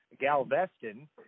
Galveston